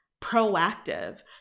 proactive